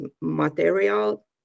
material